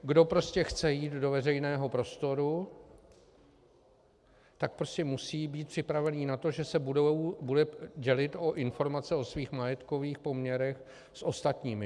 Kdo prostě chce jít do veřejného prostoru, tak prostě musí být připravený na to, že se bude dělit o informace o svých majetkových poměrech s ostatními.